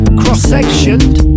cross-sectioned